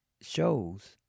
shows